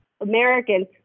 Americans